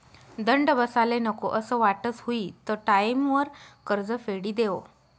दंड बसाले नको असं वाटस हुयी त टाईमवर कर्ज फेडी देवो